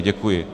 Děkuji.